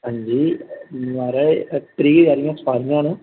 हां जी महाराज त्रीह् हारियां सवारियां न